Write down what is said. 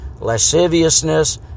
lasciviousness